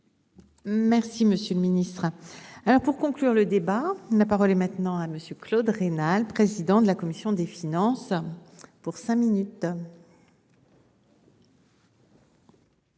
Merci, monsieur le Ministre, alors pour conclure, le débat n'a pas volé maintenant à monsieur Claude Raynal, président de la commission des finances pour cinq minutes.